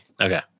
Okay